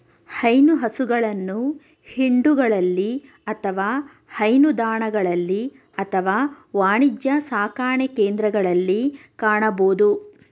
ಹೈನು ಹಸುಗಳನ್ನು ಹಿಂಡುಗಳಲ್ಲಿ ಅಥವಾ ಹೈನುದಾಣಗಳಲ್ಲಿ ಅಥವಾ ವಾಣಿಜ್ಯ ಸಾಕಣೆಕೇಂದ್ರಗಳಲ್ಲಿ ಕಾಣಬೋದು